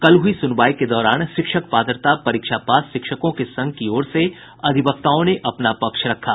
कल हुई सुनवाई के दौरान शिक्षक पात्रता परीक्षा पास शिक्षकों के संघ की ओर से अधिवक्ताओं ने अपना पक्ष रखा